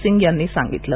सिंग यांनी सांगितलं